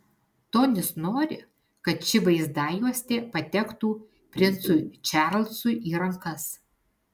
tonis nori kad ši vaizdajuostė patektų princui čarlzui į rankas